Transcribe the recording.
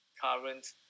current